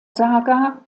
saga